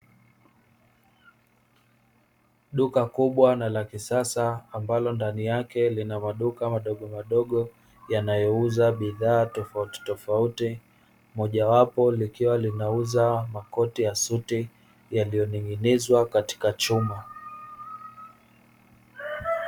Duka kubwa na la kisasa ambalo ndani yake lina maduka madogo madogo yanayouza bidhaa tofauti tofauti. Moja wapo likiwa linauza makoti ya suti yaliyoning'inizwa katika chuma.